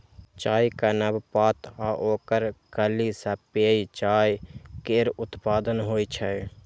चायक नव पात आ ओकर कली सं पेय चाय केर उत्पादन होइ छै